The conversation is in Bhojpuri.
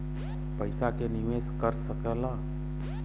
पइसा के निवेस कर सकेला